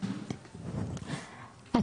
ברחבי הארץ,